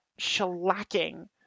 shellacking